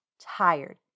tired